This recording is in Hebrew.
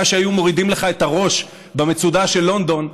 שהיו מורידים לך את הראש במצודה של לונדון,